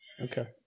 Okay